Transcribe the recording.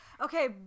Okay